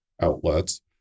outlets